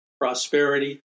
prosperity